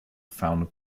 founded